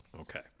Okay